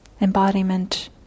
Embodiment